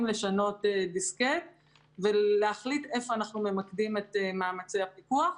לשנות דיסקט ולהחליט איפה אנחנו ממקדים את מאמצי הפיקוח.